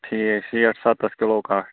ٹھیٖک شیٹھ سَتَتھ کلوٗ کٹھ